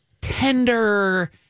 tender